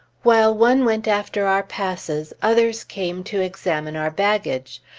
while one went after our passes, others came to examine our baggage.